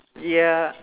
ya